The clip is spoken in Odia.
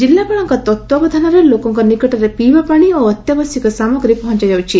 କିଲ୍ଲାପାଳଙ୍କ ତତ୍ତାବଧାନରେ ଲୋକଙ୍କ ନିକଟରେ ପିଇବା ପାଶି ଓ ଅତ୍ୟାବଶ୍ୟକୀୟ ସାମଗ୍ରୀ ପହଞାଯାଉଛି